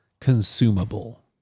consumable